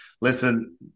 Listen